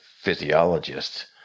physiologists